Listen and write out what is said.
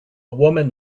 woman